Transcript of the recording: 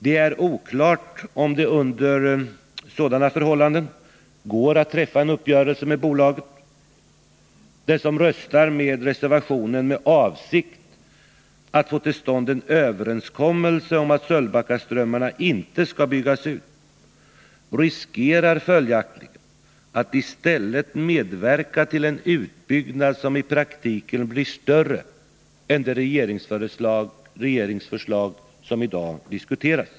Det är oklart om det under sådana förhållanden går att träffa en uppgörelse med bolaget. Den som röstar på reservationen med avsikt att få till stånd en överenskommelse om att Sölvbackaströmmarna inte skall byggas ut, riskerar följaktligen att i stället medverka till en utbyggnad som i praktiken blir större än enligt det regeringsförslag som i dag diskuteras.